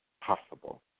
possible